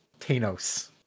Thanos